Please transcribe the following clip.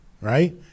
right